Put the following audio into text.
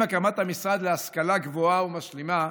עם הקמת המשרד להשכלה גבוהה ומשלימה,